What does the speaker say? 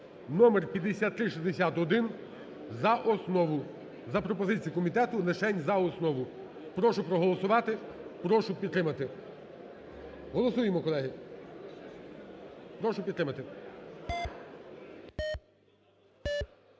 (номер 5361) за основу. За пропозицією комітету лишень за основу. Прошу проголосувати, прошу підтримати. Голосуємо, колеги. Прошу підтримати.